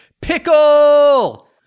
Pickle